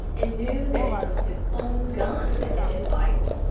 and knew that it was his own gun that had been fired.